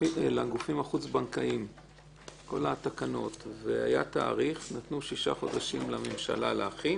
לגופים החוץ-בנקאיים והיה תאריך נתנו שישה חודשים לממשלה להכין